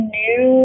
new